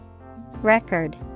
Record